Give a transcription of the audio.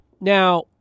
Now